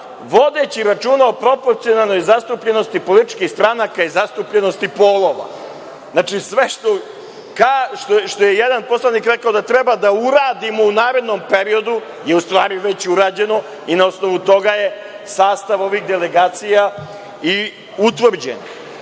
vodeći računa o proporcionalnoj zastupljenosti političkih stranaka i zastupljenosti polova. Sve što je jedan poslanik rekao da treba da uradimo u narednom periodu je u stvari već urađeno i na osnovu toga je sastav ovih delegacija i utvrđen. Postoji